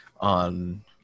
on